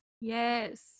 yes